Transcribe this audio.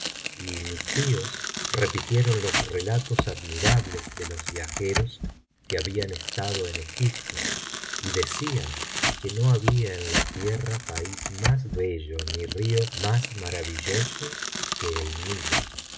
y mis tíos repitieron los relatos admirables de los viajeros que habían estado en egipto y decían que no había en la tierra país má bello ni río más maravilloso que el nilo